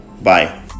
bye